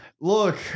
look